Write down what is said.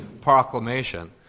proclamation